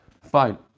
Fine